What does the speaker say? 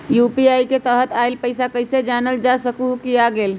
UPI के तहत आइल पैसा कईसे जानल जा सकहु की आ गेल?